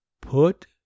Put